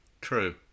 true